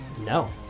No